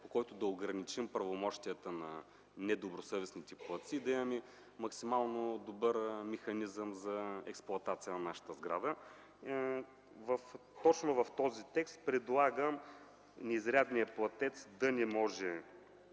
по който да ограничим правомощията на недобросъвестните платци, да имаме максимално добър механизъм за експлоатация на нашите сгради. Точно в този текст предлагам изрядният платец да не може